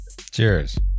Cheers